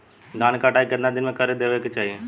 धान क कटाई केतना दिन में कर देवें कि चाही?